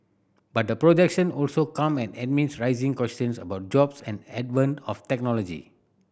but the projection also come amid rising questions about jobs and advent of technology